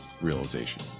realization